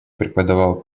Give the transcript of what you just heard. преподавал